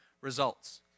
results